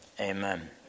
Amen